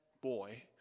boy